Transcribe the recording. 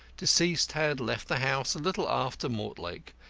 deceased had left the house a little after mortlake,